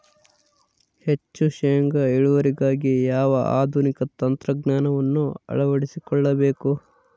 ಹೆಚ್ಚು ಶೇಂಗಾ ಇಳುವರಿಗಾಗಿ ಯಾವ ಆಧುನಿಕ ತಂತ್ರಜ್ಞಾನವನ್ನು ಅಳವಡಿಸಿಕೊಳ್ಳಬೇಕು?